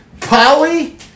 Polly